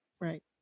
Right